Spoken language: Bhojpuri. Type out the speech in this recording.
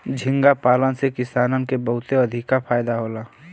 झींगा पालन से किसानन के बहुते अधिका फायदा होला